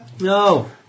No